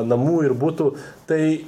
namų ir butų tai